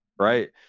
right